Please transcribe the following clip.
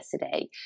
yesterday